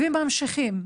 וממשיכים.